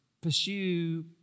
pursue